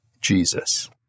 Jesus